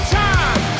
time